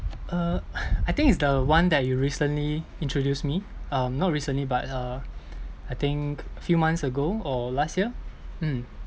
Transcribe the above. uh I think it's the one that you recently introduced me um not recently but uh I think a few months ago or last year mm